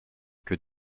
que